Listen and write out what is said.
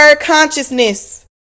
consciousness